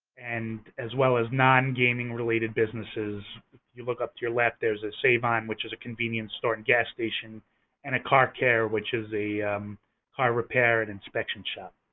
and as well as non-gaming related businesses. if you look up to your left, there's a savon, which is a convenience store and gas station and a car care, which is a car repair and inspection shop.